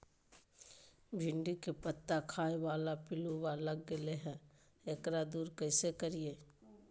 भिंडी के पत्ता खाए बाला पिलुवा लग गेलै हैं, एकरा दूर कैसे करियय?